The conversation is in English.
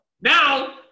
Now